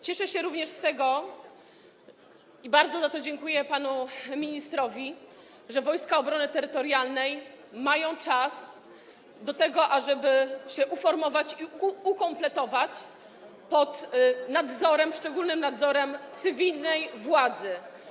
Cieszę się również z tego i bardzo za to dziękuję panu ministrowi, że Wojska Obrony Terytorialnej mają czas na to, ażeby się uformować i ukompletować pod szczególnym nadzorem cywilnej władzy.